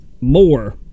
more